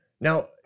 Now